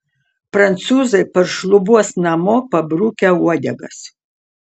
prancūzai paršlubuos namo pabrukę uodegas